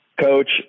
coach